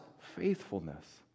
faithfulness